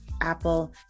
Apple